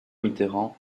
mitterrand